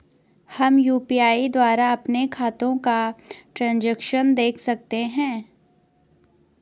हम यु.पी.आई द्वारा अपने खातों का ट्रैन्ज़ैक्शन देख सकते हैं?